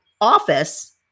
office